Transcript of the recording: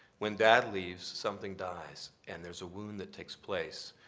when dad leaves, something dies. and there's a wound that takes place.